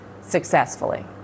successfully